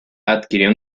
adquirió